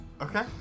Okay